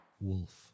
Wolf